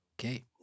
Okay